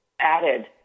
added